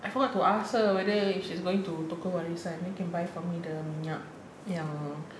I forgot to ask her whether she's going to toko warisan then can buy for me the yang